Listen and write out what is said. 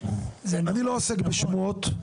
אני לא עוסק בשמועות.